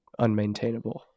unmaintainable